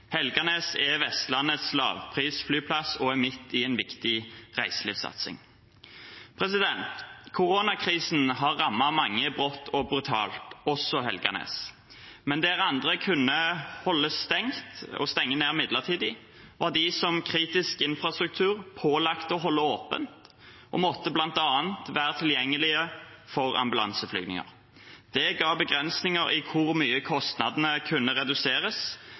er Vestlandets lavprisflyplass og midt i en viktig reiselivssatsing. Koronakrisen har rammet mange brått og brutalt, også Helganes. Men der andre kunne holdes stengt og stenge ned midlertidig, var de som kritisk infrastruktur pålagt å holde åpent, og de måtte bl.a. være tilgjengelige for ambulanseflyvninger. Det ga begrensninger i hvor mye kostnadene kunne reduseres,